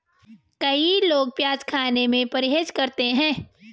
कई लोग प्याज खाने से परहेज करते है